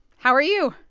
how are you?